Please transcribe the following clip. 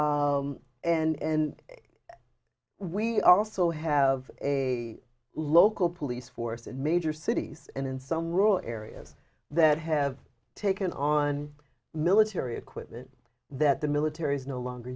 and we also have a local police force in major cities and in some rural areas that have taken on military equipment that the military is no longer